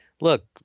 look